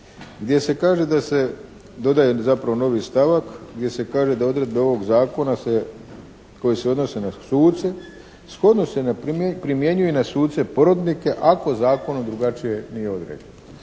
gdje se kaže da se dodaje zapravo novi stavak, gdje se kaže da odredbe ovog zakona se koje se odnose na suce shodno se primjenjuje na suce porotnike ako zakonom drugačije nije određeno.